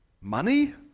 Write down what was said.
money